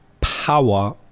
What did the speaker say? power